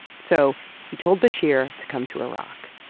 so he told bashir to come to iraq.